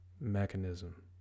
mechanism